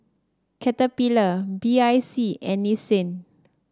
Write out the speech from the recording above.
Caterpillar B I C and Nissin